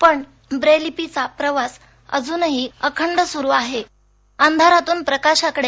पण ब्रेल लिपीचा प्रवास अजूनही अखंड सुरू आहे अंधारातून प्रकाशाकडे